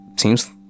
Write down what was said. seems